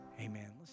Amen